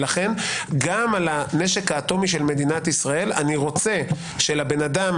לכן גם על הנשק האטומי של מדינת ישראל אני רוצה שלבן אדם